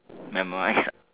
memorise lah